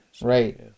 Right